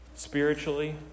Spiritually